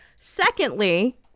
Secondly